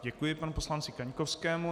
Děkuji panu poslanci Kaňkovskému.